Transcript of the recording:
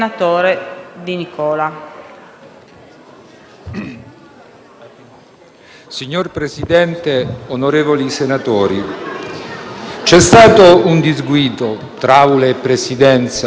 Signor Presidente, onorevoli senatori, c'è stato un disguido tra me e la Presidenza, nel pomeriggio, e non sono riuscito ad intervenire.